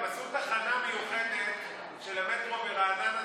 הם עשו תחנה מיוחדת של המטרו ברעננה,